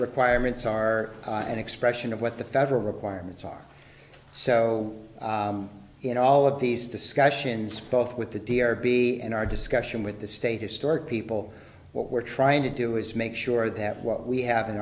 requirements are an expression of what the federal requirements are so in all of these discussions both with the d or b and our discussion with the state historic people what we're trying to do is make sure that what we have in